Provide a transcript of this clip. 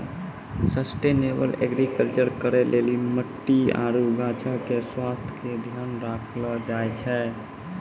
sustainable agriculture करै लेली मट्टी आरु गाछो के स्वास्थ्य के ध्यान राखलो जाय छै